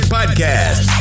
Podcast